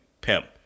pimp